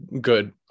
good